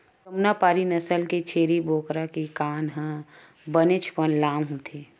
जमुनापारी नसल के छेरी बोकरा के कान ह बनेचपन लाम होथे